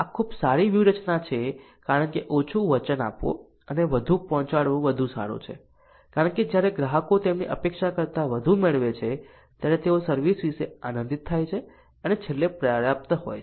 આ ખૂબ સારી વ્યૂહરચના છે કારણ કે ઓછું વચન આપવું અને વધુ પહોંચાડવું વધુ સારું છે કારણ કે જ્યારે ગ્રાહકો તેમની અપેક્ષા કરતાં વધુ મેળવે છે ત્યારે તેઓ સર્વિસ વિશે આનંદિત થાય છે અને છેલ્લે પર્યાપ્ત હોય છે